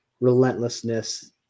relentlessness